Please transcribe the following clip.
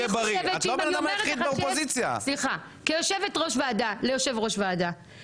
אני צריכה לעשות את הסעיף הראשון.